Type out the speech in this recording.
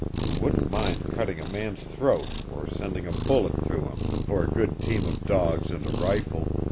who wouldn't mind cutting a man's throat or sending a bullet through him for a good team of dogs and a rifle.